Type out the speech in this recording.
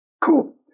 Cool